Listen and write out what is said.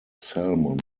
salmon